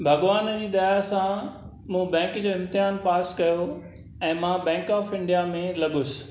भॻिवान जी दया सां मूं बैंक जो इम्तिहान पास कयो ऐं मां बैंक ऑफ इंडिया में लॻुसि